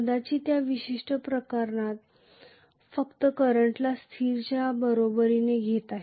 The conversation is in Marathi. कदाचित या विशिष्ट प्रकरणात फक्त करंटला स्थिरतेच्या बरोबरीने घेत आहे